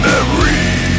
Memory